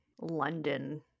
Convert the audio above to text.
london